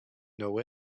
know